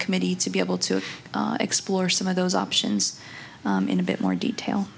committee to be able to explore some of those options in a bit more detail